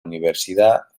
universidad